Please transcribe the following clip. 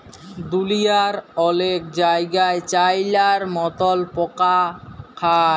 দুঁলিয়ার অলেক জায়গাই চাইলার মতল পকা খায়